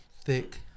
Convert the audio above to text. Thick